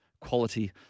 quality